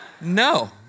no